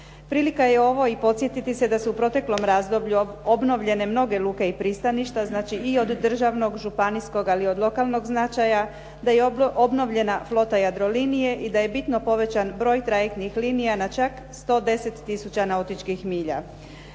Prilika je ovo i podsjetiti se da su u proteklom razdoblju obnovljene mnoge luke i pristaništa znači i od državnog, županijskog ali i od lokalnog značaja, da je obnovljena flota Jadrolinije i da je bitno povećan broj trajektnih linija na čak 110 tisuća nautičkih milja.